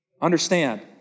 understand